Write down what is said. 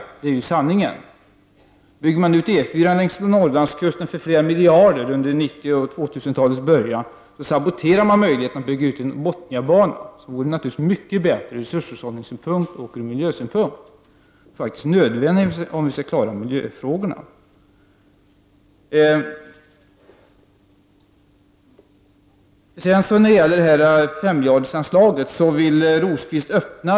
Det är sanningen. Bygger man ut E 4 längs Norrlandskusten för flera miljarder under 1990-talet och 2000-talets början saboterar man möjligheterna att bygga Bothniabanan, som naturligtvis är mycket bättre ur resurshushållningssynpunkt och för att vi skall klara miljöfrågorna. Vidare vill Birger Rosqvist öppna 5-miljardersanslaget för väginvesteringar.